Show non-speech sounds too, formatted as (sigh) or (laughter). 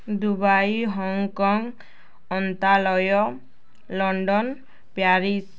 Dubai Hong Kong (unintelligible) London Paris